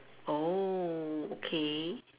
oh okay